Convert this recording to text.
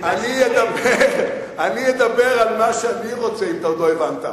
אני אדבר על מה שאני רוצה, אם עוד לא הבנת.